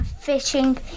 fishing